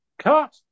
cut